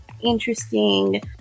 interesting